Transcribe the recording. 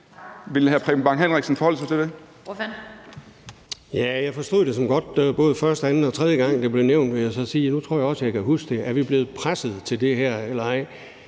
Jeg forstod det såmænd godt både første, anden og tredje gang, det blev nævnt, vil jeg så sige, og nu tror jeg så også, at jeg kan huske det. Er vi blevet presset til det her eller ej?